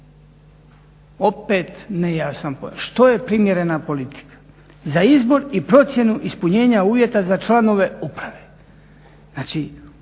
Opet nejasan pojam, što je neprimjerena politika? Za izbor i procjenu ispunjenja uvjeta za članove uprave.